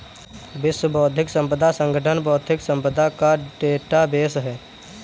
विश्व बौद्धिक संपदा संगठन बौद्धिक संपदा का डेटाबेस है